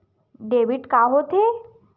Debit का होथे?